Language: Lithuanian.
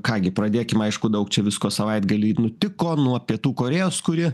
ką gi pradėkim aišku daug čia visko savaitgalį nutiko nuo pietų korėjos kuri